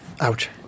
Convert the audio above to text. Ouch